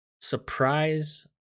surprise